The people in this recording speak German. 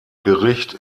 gericht